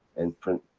and pr.